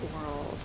world